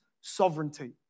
sovereignty